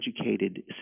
educated